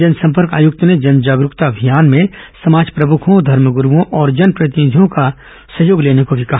जनसंपर्क आयुक्त ने जन जागरूकता अभियान में समाज प्रमुखों धर्मगुरुओं और जनप्रतिनिधियों का सहयोग लेने को भी कहा